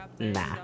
Nah